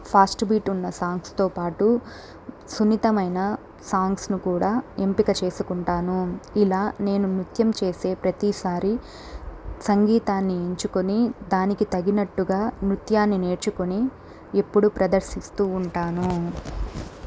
fast beat ఉన్న సాంగ్స్తో పాటు సున్నితమైన సాంగ్స్ను కూడా ఎంపిక చేసుకుంటాను ఇలా నేను నృత్యం చేసే ప్రతిసారి సంగీతాన్ని ఎంచుకుని దానికి తగినట్టుగా నృత్యాన్ని నేర్చుకుని ఎప్పుడు ప్రదర్శిస్తు ఉంటాను